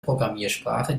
programmiersprache